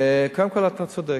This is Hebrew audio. קודם כול, אתה צודק,